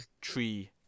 tree